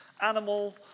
animal